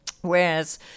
Whereas